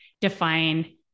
define